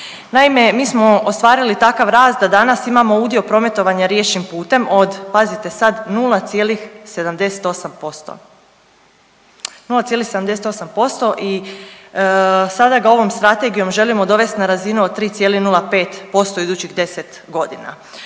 Naime, mi smo ostvarili takav rast da danas imamo udio prometovanja riječnim putem od pazite sad 0,78%. 0,78% i sada ga ovom strategijom želimo dovesti na razinu od 3,05% u idućih 10 godina.